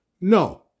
No